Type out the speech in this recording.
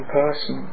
person